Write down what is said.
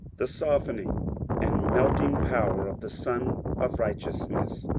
the softening and melting power of the sun of righteousness,